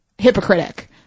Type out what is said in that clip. hypocritic